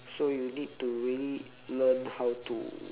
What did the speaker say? so you need to really learn how to